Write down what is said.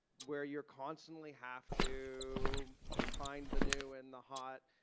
where you constantly have to find the new and the hot,